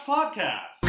Podcast